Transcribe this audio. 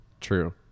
True